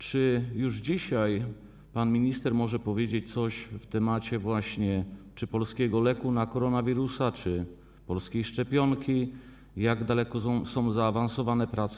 Czy już dzisiaj pan minister może powiedzieć coś w sprawie polskiego leku na koronawirusa czy polskiej szczepionki, jak daleko są zaawansowane prace?